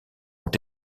ont